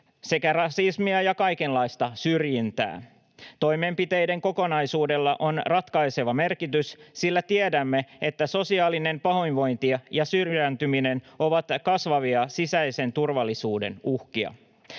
sekä rasismia ja kaikenlaista syrjintää. Toimenpiteiden kokonaisuudella on ratkaiseva merkitys, sillä tiedämme, että sosiaalinen pahoinvointi ja syrjäytyminen ovat kasvavia sisäisen turvallisuuden uhkia.